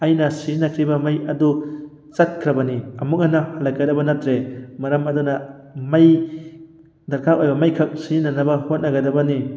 ꯑꯩꯅ ꯁꯤꯖꯤꯟꯅꯈ꯭ꯔꯤꯕ ꯃꯩ ꯑꯗꯨ ꯆꯠꯈ꯭ꯔꯕꯅꯤ ꯑꯃꯨꯛ ꯍꯟꯅ ꯍꯜꯂꯛꯀꯗꯕ ꯅꯠꯇ꯭ꯔꯦ ꯃꯔꯝ ꯑꯗꯨꯅ ꯃꯩ ꯗꯔꯀꯥꯔ ꯑꯣꯏꯕ ꯃꯩꯈꯛ ꯁꯤꯖꯤꯟꯅꯅꯕ ꯍꯣꯠꯅꯒꯗꯕꯅꯤ